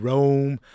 Rome